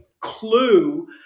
clue